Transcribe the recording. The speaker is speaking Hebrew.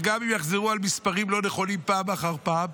וגם אם יחזרו על מספרים לא נכונים פעם אחר פעם,